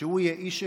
שהוא יהיה איש אמונם,